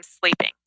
sleeping